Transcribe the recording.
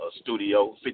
studio